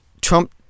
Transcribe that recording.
Trump